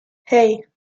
hey